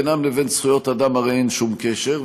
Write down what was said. בינם לבין זכויות אדם הרי אין שום קשר,